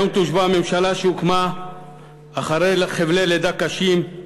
היום תושבע ממשלה שהוקמה אחרי חבלי לידה קשים,